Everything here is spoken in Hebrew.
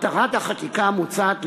מטרת החקיקה המוצעת,